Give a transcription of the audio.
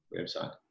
website